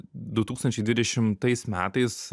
du tūkstančiai dvidešimtais metais